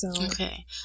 Okay